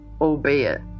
albeit